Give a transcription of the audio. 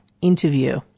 interview